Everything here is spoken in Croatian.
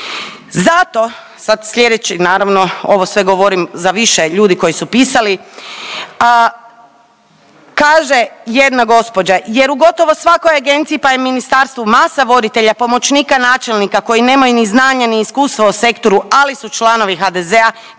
Zato sad slijedeći naravno ovo sve govorim za više ljudi koji su pisali. Kaže jedna gospođa, jer u gotovo svakoj agenciji pa i ministarstvu masa voditelja, pomoćnika načelnika koji nemaju ni znanje ni iskustvo o sektoru ali su članovi HDZ-a